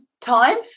time